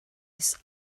his